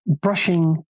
brushing